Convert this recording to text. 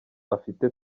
afite